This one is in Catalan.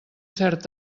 cert